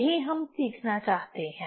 यही हम सीखना चाहते हैं